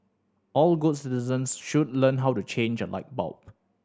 all good citizens should learn how to change a light bulb